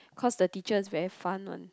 cause the teacher is very fun one